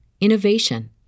innovation